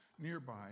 nearby